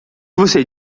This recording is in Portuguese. você